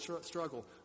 struggle